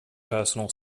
personal